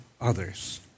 others